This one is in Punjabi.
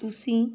ਤੁਸੀਂ